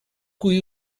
cui